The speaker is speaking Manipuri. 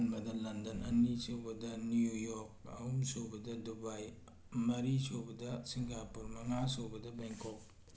ꯑꯍꯥꯟꯕꯗ ꯂꯟꯗꯟ ꯑꯅꯤ ꯁꯨꯕꯗ ꯅꯤꯎ ꯌꯣꯔꯛ ꯑꯍꯨꯝ ꯁꯨꯕꯗ ꯗꯨꯔꯥꯏ ꯃꯔꯤ ꯁꯨꯕꯗ ꯁꯤꯡꯒꯥꯄꯨꯔ ꯃꯉꯥ ꯁꯨꯕꯗ ꯕꯦꯡꯀꯣꯛ